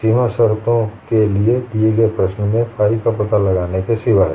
सीमा शर्तों के दिए गए प्रश्न में phi का पता लगाने के सिवाय